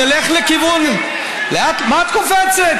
נלך לכיוון, מה את קופצת?